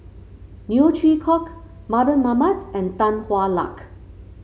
Neo Chwee Kok Mardan Mamat and Tan Hwa Luck